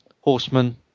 horsemen